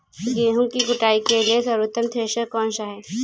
गेहूँ की कुटाई के लिए सर्वोत्तम थ्रेसर कौनसा है?